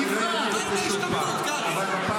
אני אומר לך שוב שבפעם הבאה,